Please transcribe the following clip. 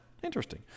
Interesting